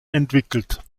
entwickelt